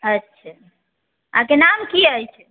अच्छा अहाँके नाम की अछि